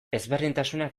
ezberdintasunak